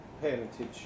parentage